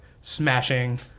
smashing